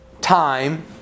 time